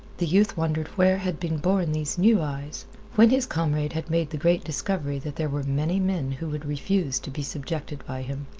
the youth wondered where had been born these new eyes when his comrade had made the great discovery that there were many men who would refuse to be subjected by him.